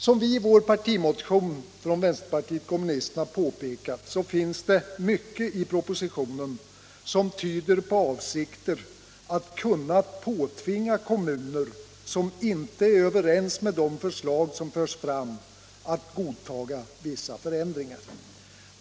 Som vi i vår partimotion påpekat finns det mycket i propositionen som tyder på avsikter att påtvinga kommuner, som inte är överens med de förslag som förs fram, att godta vissa förändringar.